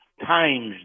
times